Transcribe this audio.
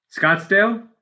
scottsdale